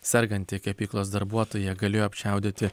serganti kepyklos darbuotoja galėjo apčiaudėti